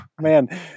Man